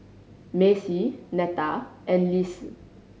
Macie Netta and Lise